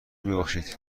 میبخشید